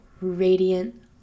radiant